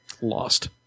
lost